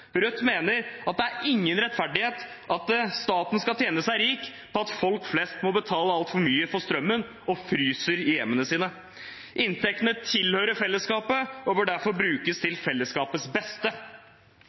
Rødt mener at det er ingen rettferdighet i at staten skal tjene seg rik på at folk flest må betale altfor mye for strømmen og fryser i hjemmene sine. Inntektene tilhører fellesskapet og bør derfor brukes til